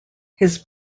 his